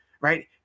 right